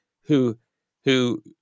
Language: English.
who—who